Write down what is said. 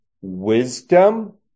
wisdom